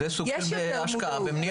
זה סוג של השקעה במניעה.